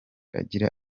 agira